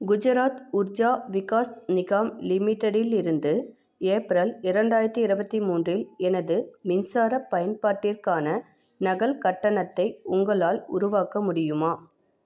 குஜராத் உர்ஜா விகாஸ் நிகாம் லிமிட்டெடிலிருந்து ஏப்ரல் இரண்டாயிரத்து இருபத்தி மூன்றில் எனது மின்சார பயன்பாட்டிற்கான நகல் கட்டணத்தை உங்களால் உருவாக்க முடியுமா